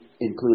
include